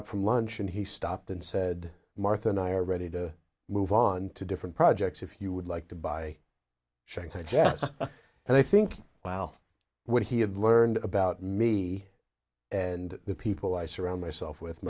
up from lunch and he stopped and said martha and i are ready to move on to different projects if you would like to buy shanghai jazz and i think while what he had learned about me and the people i surround myself with